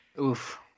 Oof